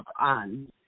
on